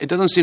it doesn't seem to